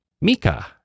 Mika